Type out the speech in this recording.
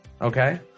Okay